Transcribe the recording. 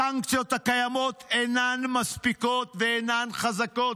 הסנקציות הקיימות אינן מספיקות ואינן חזקות,